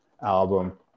album